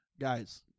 Guys